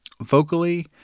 Vocally